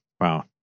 Wow